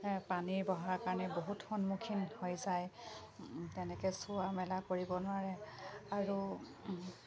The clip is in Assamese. পানী বঢ়াৰ কাৰণে বহুত সন্মুখীন হৈ যায় তেনেকৈ চোৱা মেলা কৰিব নোৱাৰে আৰু